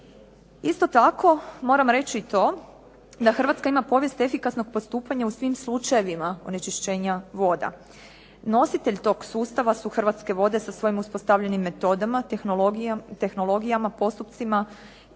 Isto tako, moram reći i to da Hrvatska ima povijest efikasnog postupanja u svim slučajevima onečišćenja voda. Nositelj tog sustava su Hrvatske vode sa svojim uspostavljenim metodama, tehnologijama, postupcima,